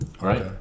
Right